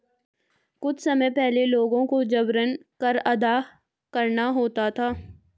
कुछ समय पहले लोगों को जबरन कर अदा करना होता था